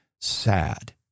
sad